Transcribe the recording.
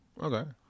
Okay